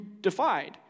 defied